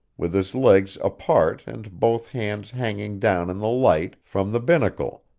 with his legs apart and both hands hanging down in the light from the binnacle,